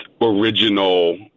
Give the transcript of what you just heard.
original